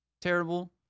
terrible